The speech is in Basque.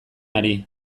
ari